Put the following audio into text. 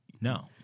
No